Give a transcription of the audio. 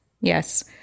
Yes